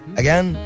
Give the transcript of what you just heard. again